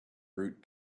route